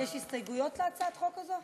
יש הסתייגויות להצעת החוק הזאת?